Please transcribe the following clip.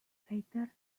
crater